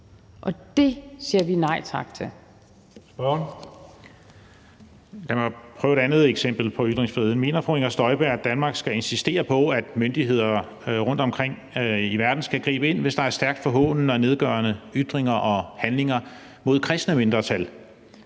Det siger vi nej tak til.